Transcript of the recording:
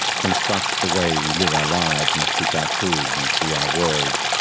construct the way we live our lives and speak our truths and see our world.